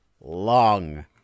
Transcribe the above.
long